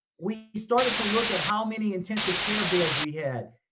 we started to look at how many intensive care beds we had.